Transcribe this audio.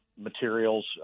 materials